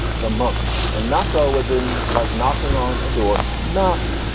the monk and nocco was in like knocking on a door knock.